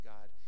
God